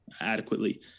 adequately